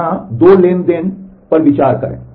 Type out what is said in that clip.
तो यहां दो ट्रांज़ैक्शन ट्रांज़ैक्शन पर विचार करें